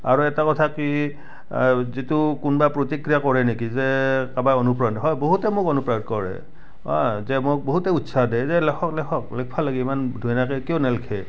আৰু এটা কথা কি আ যিটো কোনোবাই প্ৰতিক্ৰিয়া কৰে নেকি যে কাৰোবাৰ অনুপ্ৰেৰণা হয় বহুতে মোক অনুপ্ৰেৰণা কৰে আ যে মোক বহুতে উৎসাহ দিয়ে যে লেখক লেখক লেখিব লাগে ইমান ধুনীয়াকৈ কিয় নিলিখে